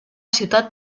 ciutat